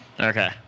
Okay